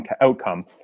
outcome